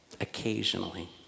occasionally